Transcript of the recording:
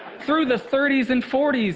through the thirty s and forty s,